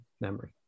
memory